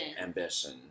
Ambition